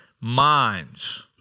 minds